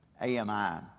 AMI